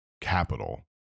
capital